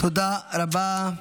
תודה רבה.